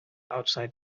outside